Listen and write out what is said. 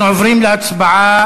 אנחנו עוברים להצבעה,